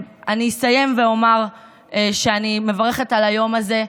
אני אסיים ואומר שאני מברכת על היום הזה.